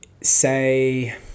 say